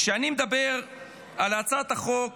כשאני מדבר על הצעת החוק,